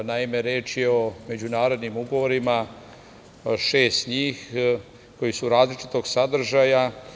Naime, reč je o međunarodnim ugovorima, šest njih, koji su različitog sadržaja.